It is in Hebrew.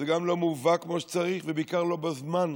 וגם לא מובא למי שצריך, ובעיקר, לא בזמן שצריך.